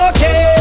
Okay